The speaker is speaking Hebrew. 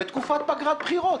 בתקופת פגרת בחירות.